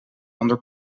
ander